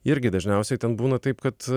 irgi dažniausiai ten būna taip kad